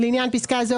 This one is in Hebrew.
לעניין פסקה זו,